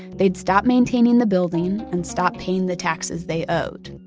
they'd stop maintaining the building and stopped paying the taxes they owed.